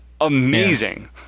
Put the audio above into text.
amazing